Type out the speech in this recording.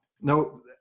no